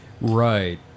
Right